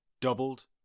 doubled